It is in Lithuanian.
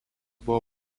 buvo